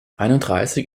einunddreißig